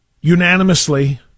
unanimously